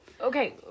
okay